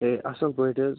ہے اصٕل پٲٹھۍ حظ